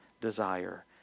desire